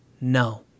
No